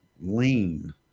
lean